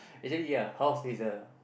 actually ya house is a